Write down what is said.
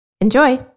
Enjoy